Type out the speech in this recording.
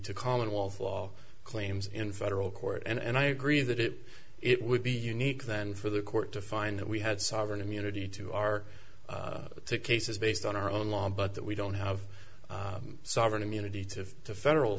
to commonwealth law claims in federal court and i agree that it it would be unique then for the court to find that we had sovereign immunity to our cases based on our own law but that we don't have sovereign immunity to the federal